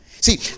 See